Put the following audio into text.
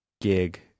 gig